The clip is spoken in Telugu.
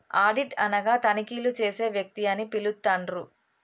ఆడిట్ అనగా తనిఖీలు చేసే వ్యక్తి అని పిలుత్తండ్రు